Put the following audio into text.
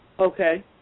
Okay